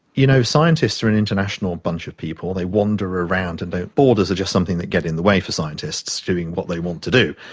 you know, scientists are an international bunch of people, they wander around, and borders are just something that get in the way for scientists doing what they want to do.